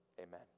amen